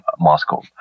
moscow